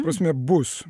prasme bus